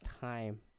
time